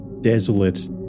desolate